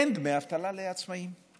אין דמי אבטלה לעצמאים.